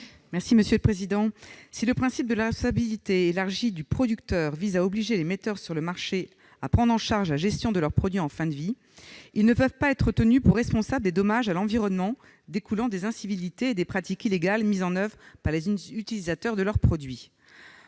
est à Mme Laure Darcos. Le principe de la responsabilité élargie du producteur vise à obliger les metteurs sur le marché à prendre en charge la gestion de leurs produits en fin de vie. Toutefois, ceux-ci ne peuvent pas être tenus pour responsables des dommages à l'environnement découlant des incivilités et des pratiques illégales auxquelles se livrent les utilisateurs de leurs produits.